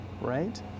right